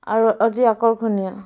আৰু অতি আকৰ্ষণীয়